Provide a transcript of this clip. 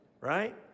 right